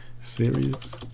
Serious